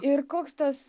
ir koks tas